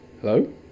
Hello